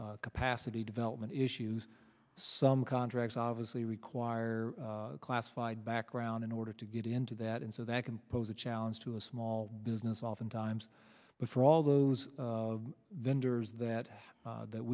capacity development issues some contracts obviously require classified background in order to get into that and so that can pose a challenge to a small business oftentimes but for all those vendors that that